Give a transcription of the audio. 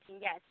yes